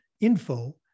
info